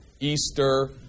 Easter